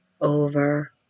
over